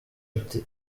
ati